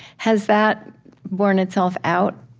has that borne itself out?